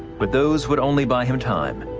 but those would only buy him time.